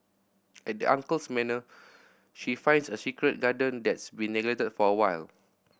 at the uncle's manor she finds a secret garden that's been neglected for a while